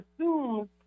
assume